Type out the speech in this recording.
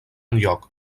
enlloc